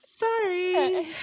Sorry